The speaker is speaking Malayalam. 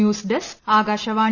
news desk Akashvani